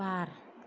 बार